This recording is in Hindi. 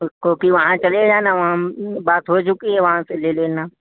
उसको कि वहाँ चले जाना वहाँ बात हो चुकी है वहाँ से ले लेना